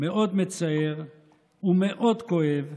מאוד מצער ומאוד כואב,